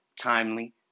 timely